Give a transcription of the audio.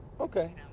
Okay